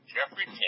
Jeffrey